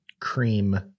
Cream